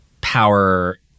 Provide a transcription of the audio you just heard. power